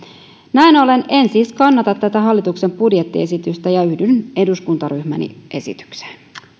näin ollen en siis kannata tätä hallituksen budjettiesitystä ja yhdyn eduskuntaryhmäni esitykseen